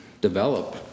develop